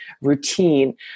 routine